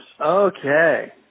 Okay